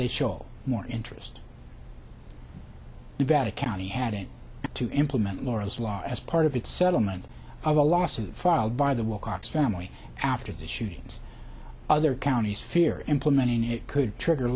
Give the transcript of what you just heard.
they show more interest yvette a county having to implement laura's law as part of its settlement of a lawsuit filed by the wilcox family after the shootings other counties fear implementing it could trigger